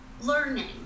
learning